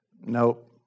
nope